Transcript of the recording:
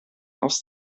aus